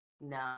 No